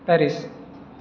Paris